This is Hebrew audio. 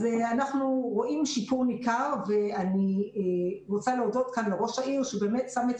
אנחנו רואים שיפור ניכר ואני רוצה להודות כאן לראש העיר שבאמת שם את